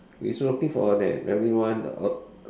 is working for that everyone